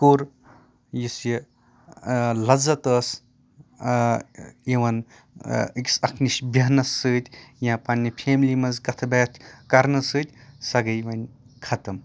کوٚر یُس یہِ لَزت ٲسۍ یِوان أکِس اکھ نِش بیہنَس سۭتۍ یا پَنٕنہِ فیملی منٛز کَتھ باتھ کَرنہٕ سۭتۍ سۄ گٔیہِ وۄنۍ ختم